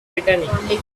returning